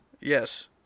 Yes